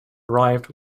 arrived